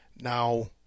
now